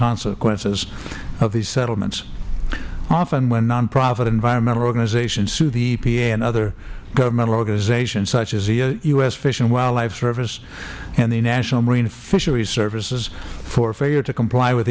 consequences of these settlements often when nonprofit environmental organizations sue the epa and other governmental organizations such as the u s fish and wildlife service and the national marine fisheries service for failure to comply with